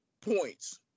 points